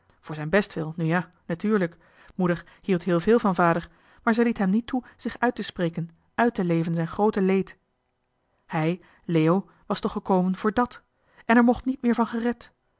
voor zijn bestwil nu ja natuurlijk moeder hield heel veel van vader maar ze liet hem niet toe zich uit te spreken uit te leven zijn groote leed hij leo was toch gekomen voor dat en er mocht niet meer van gerept